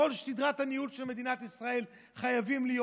בכל שדרת הניהול של מדינת ישראל הם חייבים להיות.